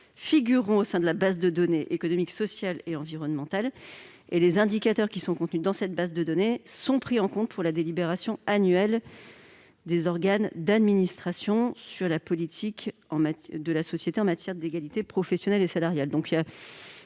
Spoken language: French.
figurent au sein des bases de données économiques, sociales et environnementales. Les indicateurs qui y sont mentionnés sont pris en compte pour la délibération annuelle des organes d'administration sur la politique mise en oeuvre par la société en matière d'égalité professionnelle et salariale.